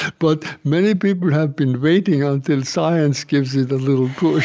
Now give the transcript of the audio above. but many people have been waiting until science gives it a little